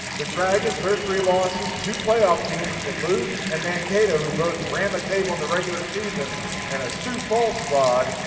the dragons, their three losses, two playoff teams, duluth and mankato who both ran the table on their regular season and a sioux falls squad,